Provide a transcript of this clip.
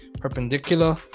perpendicular